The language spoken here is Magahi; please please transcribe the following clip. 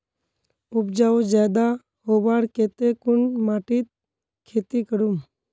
उपजाऊ ज्यादा होबार केते कुन माटित खेती करूम?